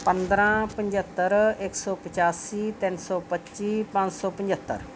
ਪੰਦਰਾਂ ਪੰਝੱਤਰ ਇੱਕ ਸੌ ਪਚਾਸੀ ਤਿੰਨ ਸੌ ਪੱਚੀ ਪੰਜ ਸੌ ਪੰਝੱਤਰ